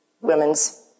women's